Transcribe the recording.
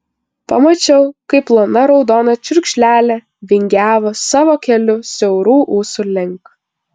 pamačiau kaip plona raudona čiurkšlelė vingiavo savo keliu siaurų ūsų link